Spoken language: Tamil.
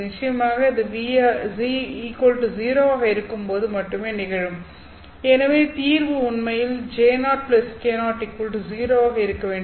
நிச்சயமாக இது ν 0 ஆக இருக்கும்போது மட்டுமே நிகழும் எனவே தீர்வு உண்மையில் J0K0 0 ஆக இருக்க வேண்டும்